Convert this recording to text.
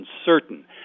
uncertain